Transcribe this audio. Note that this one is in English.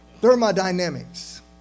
Thermodynamics